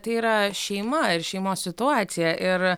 tai yra šeima ir šeimos situacija ir